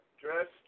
dressed